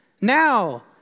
now